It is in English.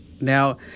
Now –